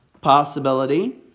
possibility